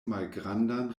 malgrandan